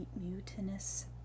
mutinous